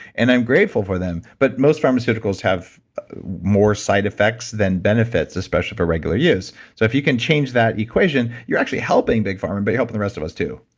and i'm grateful for them. but most pharmaceuticals have more side effects than benefits, especially for regular use. so if you can change that equation, you're actually helping big pharma, but you're helping the rest of us too.